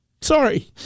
Sorry